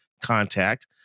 contact